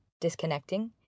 disconnecting